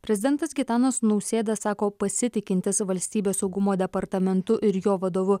prezidentas gitanas nausėda sako pasitikintis valstybės saugumo departamentu ir jo vadovu